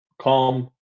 calm